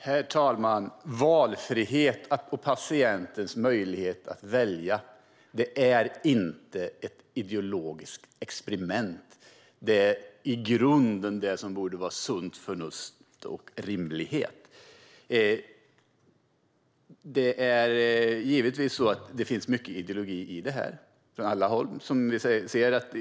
Herr talman! Valfrihet och patientens möjlighet att välja är inte ett ideologiskt experiment. Det är i grunden det som borde vara sunt förnuft och rimlighet. Givetvis finns det från alla håll mycket ideologi i detta.